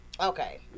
Okay